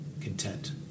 content